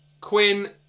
Quinn